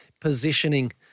positioning